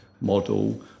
model